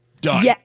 Done